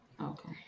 Okay